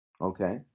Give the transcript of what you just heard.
Okay